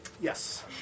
Yes